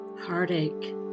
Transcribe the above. heartache